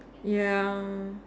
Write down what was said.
ya